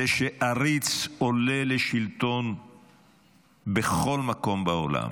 הוא שעריץ עולה לשלטון בכל מקום בעולם